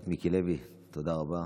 חבר הכנסת מיקי לוי, תודה רבה.